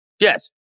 Yes